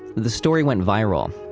the story went viral.